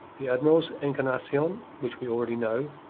the admiral's encarnacion, which we already know,